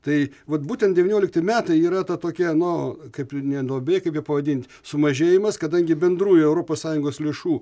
tai vat būtent devyniolikti metai yra ta tokia nu kaip ne duobė kaip ją pavadint sumažėjimas kadangi bendrųjų europos sąjungos lėšų